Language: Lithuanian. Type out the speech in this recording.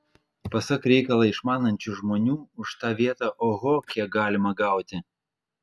pasak reikalą išmanančių žmonių už tą vietą oho kiek galima gauti